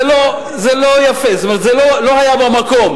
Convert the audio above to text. זה לא יפה, כלומר זה לא היה במקום.